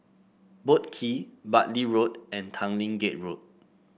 Boat Quay Bartley Road and Tanglin Gate Road